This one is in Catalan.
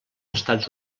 estats